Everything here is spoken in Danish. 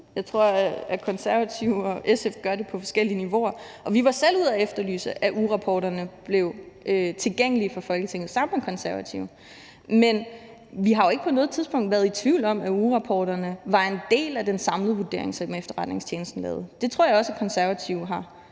Jeg tror, at Konservative og SF gør det på forskellige niveauer. Vi var også selv ude at efterlyse, at ugerapporterne blev tilgængelige for Folketinget, sammen med Konservative. Men vi har jo ikke på noget tidspunkt været i tvivl om, at ugerapporterne var en del af den samlede vurdering, som efterretningstjenesten lavede. Det tror jeg også at Konservative har